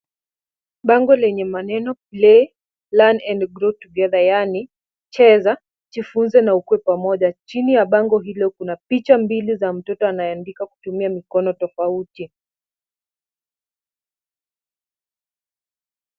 Bango lenye maneno play, learn and grow together yaani cheza , jifunze na ukue pamoja. Chini ya bango hilo kuna picha mbili za mtoto anayeandika kutumia mikono tofauti.